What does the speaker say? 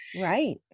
Right